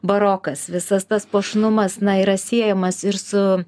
barokas visas tas puošnumas na yra siejamas ir su